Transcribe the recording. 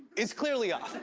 is clearly off.